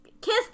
Kiss